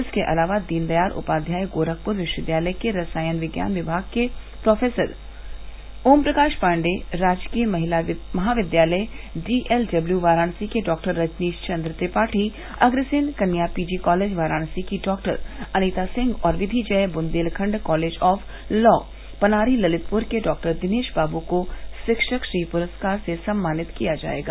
इसके अलावा दीनदयाल उपाध्याय गोरखपुर विष्वविद्यालय के रसायन विज्ञान विभाग के प्रोफेसर ओमप्रकाष पाण्डेय राजकीय महिला महाविद्यालय डीएलडब्ल्यू वाराणसी के doctor Rajnish Chandra Tripathi Agrasen Kanya PG college Varanasi की डॉक्टर अनीता सिंह और विधि Jai Bundelkhand college of law Panari Lalitpur के डॉक्टर दिनेष बाबू को षिक्षक श्री पुरस्कार से सम्मानित किया जायेगा